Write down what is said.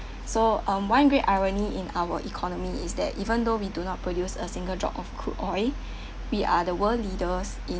so um one great irony in our economy is that even though we do not produce a single drop of crude oil we are the world leaders in